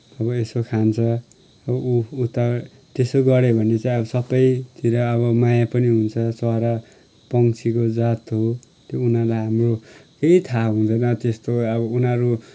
अब यसो खान्छ अब ऊ उता त्यसो गऱ्यो भने चाहिँ अब सबैतिर अब माया पनि हुन्छ चरा पक्षीको जात हो त्यो उनीहरूलाई हाम्रो केही थाह हुँदैन त्यस्तो अब उनीहरू